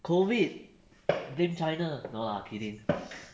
COVID blame china no lah kidding